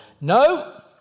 No